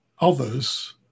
others